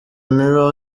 mirror